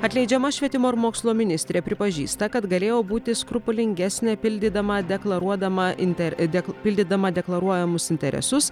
atleidžiama švietimo ir mokslo ministrė pripažįsta kad galėjo būti skrupulingesnė pildydama deklaruodama inter pildydama deklaruojamus interesus